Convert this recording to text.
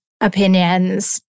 opinions